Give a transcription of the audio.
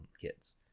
kids